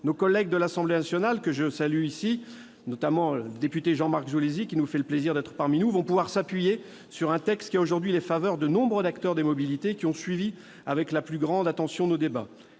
Nos collègues de l'Assemblée nationale, que je salue ici, en particulier le député Jean-Marc Zulesi qui nous fait le plaisir d'être parmi nous, vont pouvoir s'appuyer sur un texte ayant aujourd'hui les faveurs de nombre d'acteurs des mobilités qui ont suivi nos débats avec la plus grande attention. En effet,